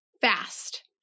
fast